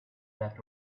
that